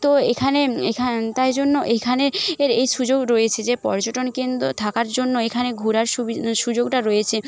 তো এখানে এখান তাই জন্য এখানে এর এই সুযোগ রয়েছে যে পর্যটন কেন্দ্র থাকার জন্য এখানে ঘোরার সুযোগটা রয়েছে